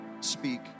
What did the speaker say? speak